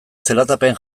zelatapean